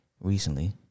Recently